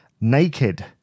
Naked